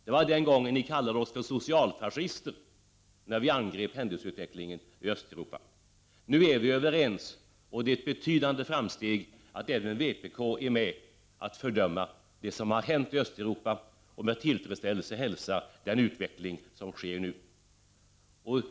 Det var den gången ni kallade oss för socialfascister för att vi angrep händelseutvecklingen i Östeuropa. Nu är vi överens, och det är ett betydande framsteg att även vpk är med om att fördöma det som har hänt i Östeuropa. Med tillfredsställelse hälsar vi den utveckling som nu sker.